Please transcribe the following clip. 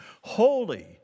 Holy